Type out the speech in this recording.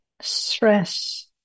stress